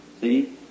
See